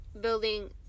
building